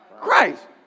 Christ